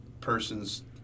persons